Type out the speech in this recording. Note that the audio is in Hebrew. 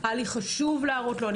היה לי חשוב להראות לו.